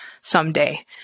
someday